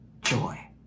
joy